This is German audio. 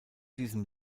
diesem